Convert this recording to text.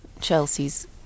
Chelsea's